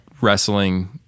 wrestling